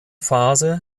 phase